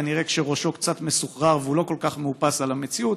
כנראה כשראשו קצת מסוחרר והוא לא כל כך מאופס על המציאות,